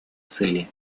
цели